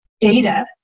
data